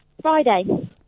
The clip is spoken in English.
Friday